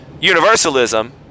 universalism